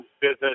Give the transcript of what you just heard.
business